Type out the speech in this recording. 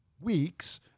weeks